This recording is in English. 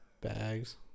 bags